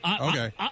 Okay